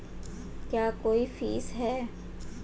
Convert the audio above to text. क्या कोई फीस है?